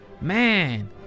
man